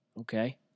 Okay